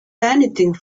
anything